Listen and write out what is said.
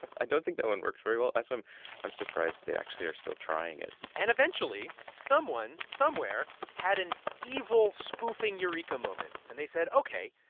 i don't think that one works very well. i'm i'm surprised they actually are still trying it and eventually, someone, somewhere had an evil spoofing eureka moment. and they said, ok,